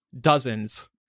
dozens